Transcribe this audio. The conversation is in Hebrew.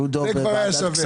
וחבל שזה לא נעשה.